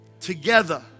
Together